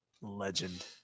Legend